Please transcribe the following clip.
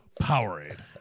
Powerade